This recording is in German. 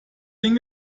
den